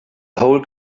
whole